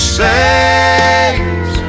saves